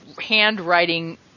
handwriting